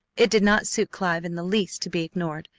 it did not suit clive in the least to be ignored,